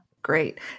Great